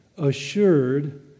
assured